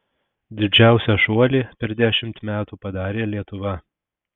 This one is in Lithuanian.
didžiausią šuolį per dešimt metų padarė lietuva